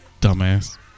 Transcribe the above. Dumbass